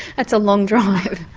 that's a long drive.